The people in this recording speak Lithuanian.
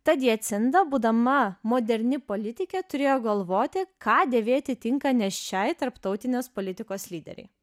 tad jacinda būdama moderni politikė turėjo galvoti ką dėvėti tinka nėščiai tarptautinės politikos lyderei